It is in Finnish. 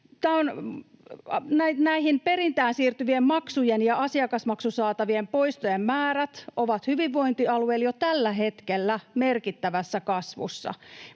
Perintään siirtyvien maksujen ja asiakasmaksusaatavien poistojen määrät ovat hyvinvointialueilla jo tällä hetkellä merkittävässä kasvussa.